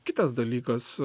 kitas dalykas